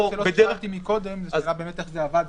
לא שאלתי קודם את השאלה איך זה עבד,